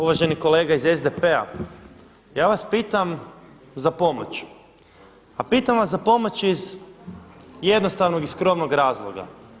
Uvaženi kolega iz SDP-a, ja vas pitam za pomoć, a pitam vas za pomoć iz jednostavnog i skromnog razloga.